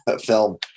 film